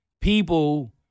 people